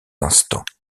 instants